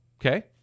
okay